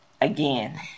again